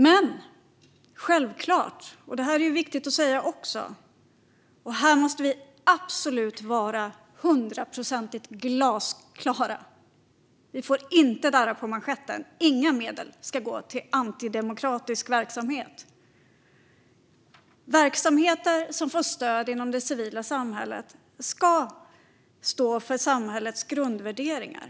Men det finns också något som är självklart och viktigt att säga, och här måste vi absolut vara hundraprocentigt glasklara. Vi får inte darra på manschetten när det gäller detta: Inga medel ska gå till antidemokratisk verksamhet. Verksamheter som får stöd inom det civila samhället ska stå för samhällets grundvärderingar.